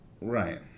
Right